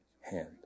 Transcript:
hand